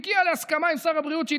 היא הגיעה להסכמה עם שר הבריאות שהיא